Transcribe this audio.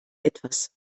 etwas